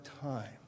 time